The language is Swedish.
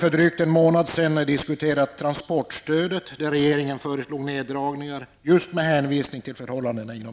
För drygt en månad sedan diskuterade vi transportstödet. Regeringen föreslog neddragningar just med hänvisning till förhållandet inom EG.